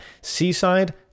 seaside